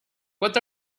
what